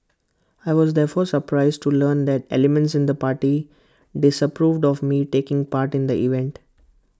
I was therefore surprised to learn that elements in the party disapproved of me taking part in the event